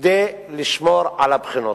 כדי לשמור על הבחינות,